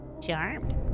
Charmed